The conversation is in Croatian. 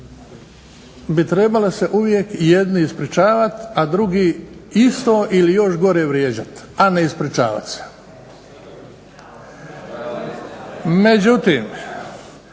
bi trebali se uvijek jedni ispričavati, a drugi isto ili još gore vrijeđati, a ne ispričavati se. Međutim,